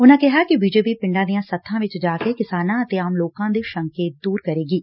ਉਨੂਾਂ ਕਿਹਾ ਕਿ ਬੀਜੇਪੀ ਪਿੰਡਾਂ ਦੀਆਂ ਸੱਬਾਂ ਵਿਚ ਜਾ ਕੇ ਕਿਸਾਨਾਂ ਅਤੇ ਆਮ ਲੋਕਾਂ ਦੇ ਸ਼ੰਕੇ ਦੂਰ ਕਰੇਗੀ